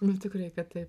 nu tikrai kad taip